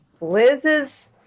Liz's